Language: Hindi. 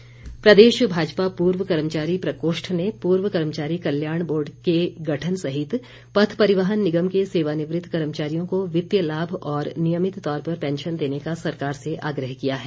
कर्मचारी प्रकोष्ठ प्रदेश भाजपा पूर्व कर्मचारी प्रकोष्ठ ने पूर्व कर्मचारी कल्याण बोर्ड के गठन सहित पथ परिवहन निगम के सेवानिवृत कर्मचारियों को वित्तीय लाभ और नियमित तौर पर पैंशन देने का सरकार से आग्रह किया है